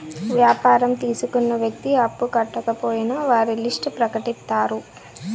వ్యాపారం తీసుకున్న వ్యక్తి అప్పు కట్టకపోయినా వారి లిస్ట్ ప్రకటిత్తారు